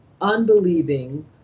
unbelieving